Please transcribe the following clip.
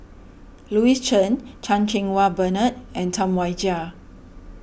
Louis Chen Chan Cheng Wah Bernard and Tam Wai Jia